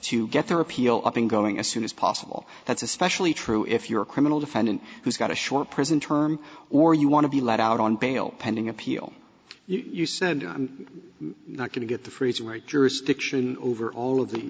to get their appeal up and going as soon as possible that's especially true if you're a criminal defendant who's got a short prison term or you want to be let out on bail pending appeal you said not going to get the fruits right jurisdiction over all of the